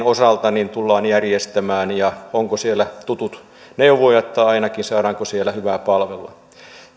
osalta tämä tullaan järjestämään ja onko siellä tutut neuvojat tai ainakin se saadaanko siellä hyvää palvelua